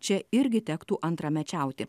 čia irgi tektų antramečiauti